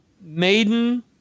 Maiden